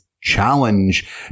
Challenge